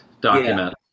document